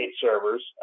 servers